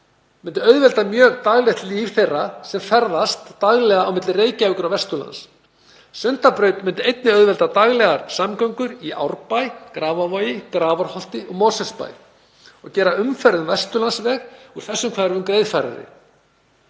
myndi auðvelda mjög daglegt líf þeirra sem ferðast daglega milli Reykjavíkur og Vesturlands. Sundabraut myndi einnig auðvelda daglegar samgöngur í Árbæ, Grafarvogi, Grafarholti og Mosfellsbæ og gera umferð um Vesturlandsveg úr þessum hverfum greiðfærari.